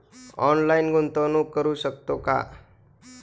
Online गुंतवणूक करू शकतो का?